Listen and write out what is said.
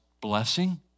blessing